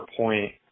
point